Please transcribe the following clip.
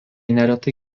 neretai